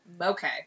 okay